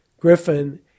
Griffin